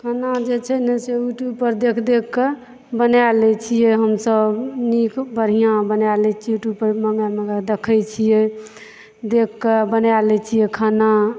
इसखाना जे छै ने से यूट्यूब पर देख देख के बने लै छियै हमसब नीक बढ़िऑं बना लै छी यूट्यूब पर देख़ै छियै देख के बना लै छियै खाना